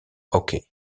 hockey